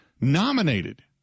nominated